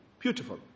beautiful